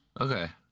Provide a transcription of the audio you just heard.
Okay